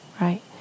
right